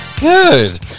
Good